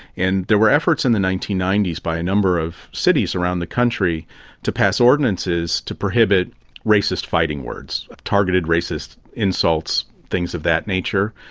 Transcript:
there were efforts in the nineteen ninety s by a number of cities around the country to pass ordinances to prohibit racist fighting words, targeted racist insults, things of that nature.